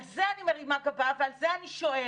על זה אני מרימה גבה ועל זה אני שואלת: